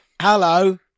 Hello